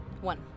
One